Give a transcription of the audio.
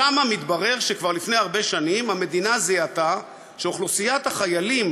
ושם מתברר שכבר לפני הרבה שנים המדינה זיהתה שאוכלוסיית החיילים